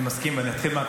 אני לא עושה לשון הרע.